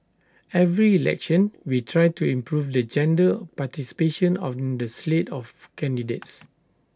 every election we try to improve the gender participation on the slate of candidates